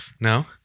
No